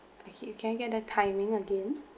okay can I get the timing again